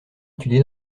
étudié